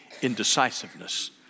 indecisiveness